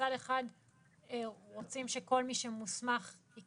מצד אחד רוצים שכל מי שמוסמך ייכנס.